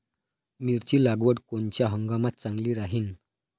मिरची लागवड कोनच्या हंगामात चांगली राहीन?